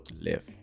live